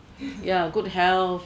ya good health